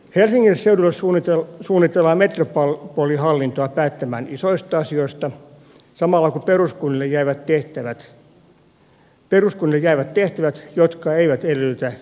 helsingin seudulle suunnitellaan metropolihallintoa päättämään isoista asioista samalla kun peruskunnille jäävät tehtävät jotka eivät edellytä ylätason päätöksiä